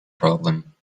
problem